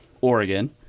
Oregon